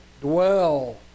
dwell